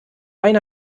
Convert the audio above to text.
eine